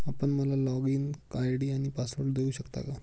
आपण मला login ID आणि पासवर्ड देऊ शकता का?